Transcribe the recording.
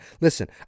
Listen